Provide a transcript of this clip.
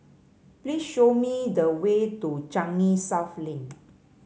please show me the way to Changi South Lane